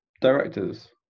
directors